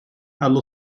allo